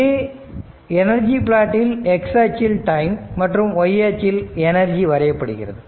இந்த எனர்ஜி பிளாட்டில் x அச்சில் டைம் மற்றும் y அச்சில் எனர்ஜி வரையப்படுகிறது